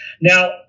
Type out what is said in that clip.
Now